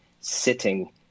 sitting